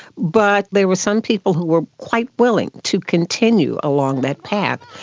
but there were some people who were quite willing to continue along that path.